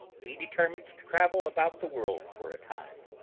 he de termined to travel about the world for a time.